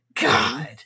god